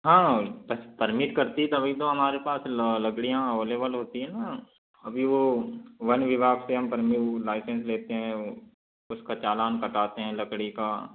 हाँ पर परमिट करती है तभी तो हमारे पास लकड़ियाँ अवलेबल होती हैं ना अभी वो वन विभाग के बन्दे वो लाइसेंस लेते हैं वो उसका चालान कटाते हैं लकड़ी का